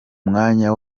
mwanya